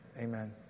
Amen